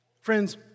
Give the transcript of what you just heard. Friends